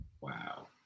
Wow